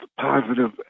positive